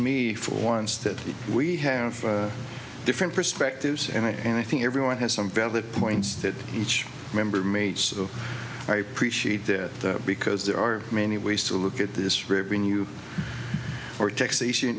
me for once that we have different perspectives and i think everyone has some valid points that each member made so i appreciate that because there are many ways to look at this rubin you or taxation